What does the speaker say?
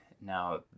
Now